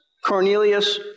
Cornelius